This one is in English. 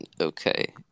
Okay